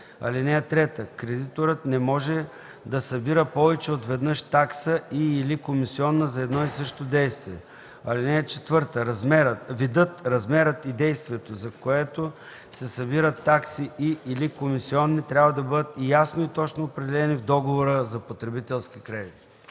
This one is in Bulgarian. на кредита. (3) Кредиторът не може да събира повече от веднъж такса и/или комисионна за едно и също действие. (4) Видът, размерът и действието, за което се събират такси и/или комисиони, трябва да бъдат ясно и точно определени в договора за потребителски кредит”.